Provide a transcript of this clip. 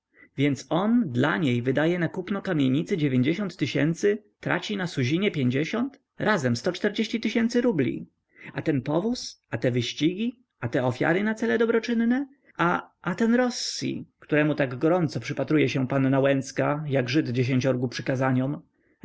więc on dla niej wydaje na kupno kamienicy dziewięćdziesiąt tysięcy traci na suzinie pięćdziesiąt razem sto czterdzieści tysięcy rubli a ten powóz a te wyścigi a te ofiary na cele dobroczynne a a ten rossi któremu tak gorąco przypatruje się panna łęcka jak żyd dziesięciorgu przykazaniom